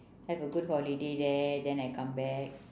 have a good holiday there then I come back